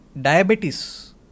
diabetes